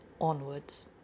onwards